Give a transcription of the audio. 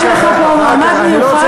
יש לך פה מעמד מיוחד,